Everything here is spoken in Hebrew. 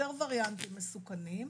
יותר וריאנטים מסוכנים,